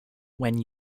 when